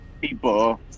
people